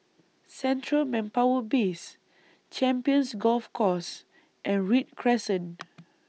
Central Manpower Base Champions Golf Course and Read Crescent